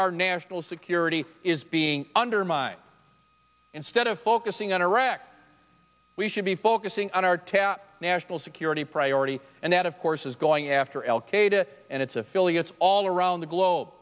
our national security is being undermined instead of focusing on iraq we should be focusing on our top national security priority and that of course is going after al qaeda and its affiliates all around the globe